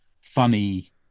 funny